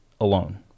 alone